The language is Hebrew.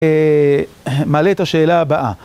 מעלה את השאלה הבאה.